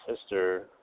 sister